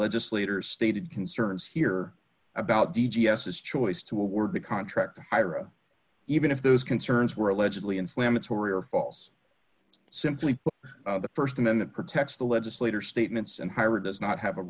legislators stated concerns here about d g s his choice to award the contract ira even if those concerns were allegedly inflammatory or false simply the st amendment protects the legislator statements and hiring does not have a